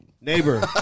Neighbor